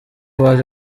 baje